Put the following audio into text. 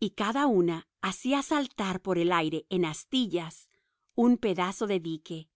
y cada una hacía saltar por el aire en astillas un pedazo de dique